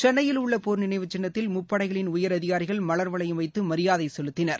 சென்னையில் உள்ள போர் நினைவுச் சின்னத்தில் முப்படைகளின் உயரதிகாரிகள் மலர்வளையம் வைத்து மரியாதை செலுத்தினர்